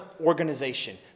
organization